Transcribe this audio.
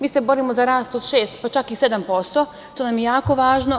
Mi se borimo za rast od šest, pa čak i sedam posto, što nam je jako važno.